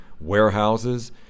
warehouses